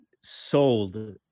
sold